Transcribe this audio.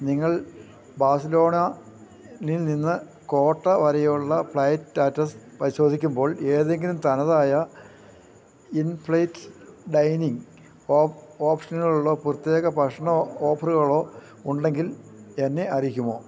നിങ്ങൾ ബാഴ്സലോണയിൽ നിന്ന് കോട്ട വരെയുള്ള ഫ്ലൈറ്റ് സ്റ്റാറ്റസ് പരിശോധിക്കുമ്പോൾ ഏതെങ്കിലും തനതായ ഇൻഫ്ലൈറ്റ് ഡൈനിംഗ് ഓപ്ഷനുകളുള്ള പ്രത്യേക ഭക്ഷണ ഓഫറുകളോ ഉണ്ടെങ്കിൽ എന്നെ അറിയിക്കുമോ